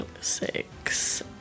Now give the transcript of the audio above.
six